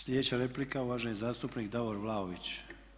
Sljedeća replika uvaženi zastupnik Davor Vlaović.